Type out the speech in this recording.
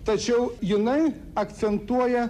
tačiau jinai akcentuoja